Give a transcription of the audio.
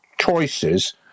choices